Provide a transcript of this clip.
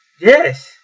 Yes